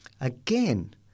Again